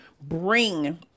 bring